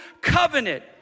covenant